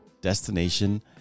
destination